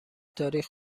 تاریخ